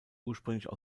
ursprünglich